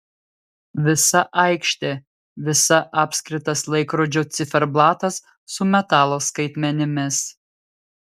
visa aikštė visa apskritas laikrodžio ciferblatas su metalo skaitmenimis